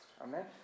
Amen